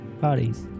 Parties